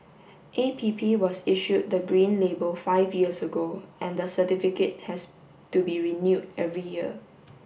A P P was issued the green label five years ago and the certificate has to be renewed every year